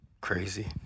crazy